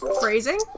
Phrasing